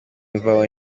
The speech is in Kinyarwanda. imvaho